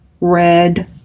red